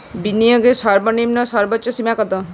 বিনিয়োগের সর্বনিম্ন এবং সর্বোচ্চ সীমা কত?